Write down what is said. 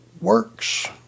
works